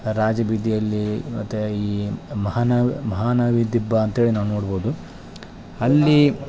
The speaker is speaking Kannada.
ರಾಜಬೀದಿಯಲ್ಲಿ ಮತ್ತು ಈ ಮಹನವ್ ಮಹಾನವಿದಿಬ್ಬ ಅಂತ್ಹೇಳಿ ನಾವು ನೋಡ್ಬೌದು ಅಲ್ಲಿ